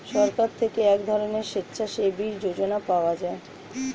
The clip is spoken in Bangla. সরকার থেকে এক ধরনের স্বেচ্ছাসেবী যোজনা পাওয়া যায়